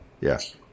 yes